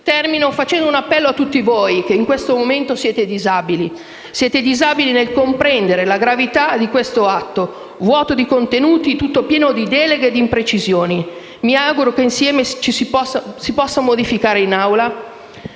intervento facendo un appello a tutti voi che in questo momento siete disabili; siete cioè disabili nel comprendere la gravità questo atto, vuoto di contenuti, tutto pieno di deleghe e di imprecisioni. Mi auguro che insieme lo si possa modificare in